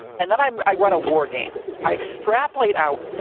and then i um i run a wargame. i extrapolate out,